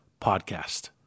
podcast